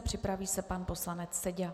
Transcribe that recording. Připraví se pan poslanec Seďa.